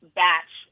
batch